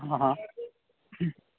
ಹಾಂ ಹಾಂ ಹ್ಞೂ